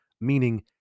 meaning